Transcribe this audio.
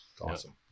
Awesome